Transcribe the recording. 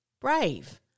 brave